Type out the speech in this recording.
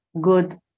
good